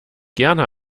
gerne